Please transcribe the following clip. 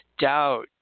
doubt